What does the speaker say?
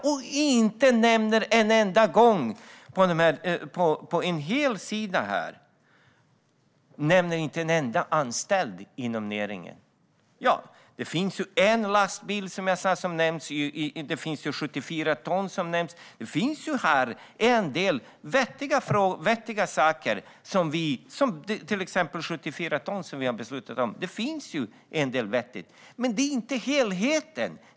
Men där nämns inte en enda gång de anställda inom näringen. Det finns som sagt en lastbil som nämns, och 74 ton nämns. Det finns en del vettiga saker vi har beslutat om, till exempel 74 ton. Det finns alltså en hel del vettigt, men det är inte helheten.